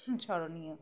ছারণীয়